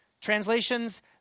Translations